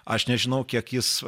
aš nežinau kiek jis